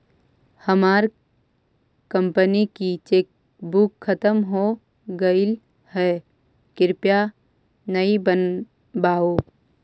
हमार कंपनी की चेकबुक खत्म हो गईल है, कृपया नई बनवाओ